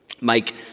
Mike